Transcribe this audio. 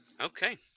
okay